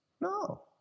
No